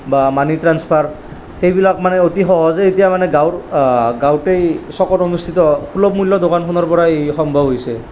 বা money transfer সেইবিলাক মানে অতি সহজে এতিয়া মানে গাঁও গাঁৱতেই চ'কত অনুষ্ঠিত সুলভ মূল্যৰ দোকানখনৰ পৰাই সম্ভৱ হৈছে